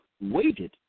waited